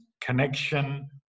connection